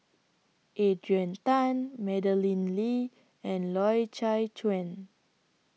Adrian Tan Madeleine Lee and Loy Chye Chuan